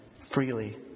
freely